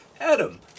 Adam